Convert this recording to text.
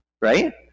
right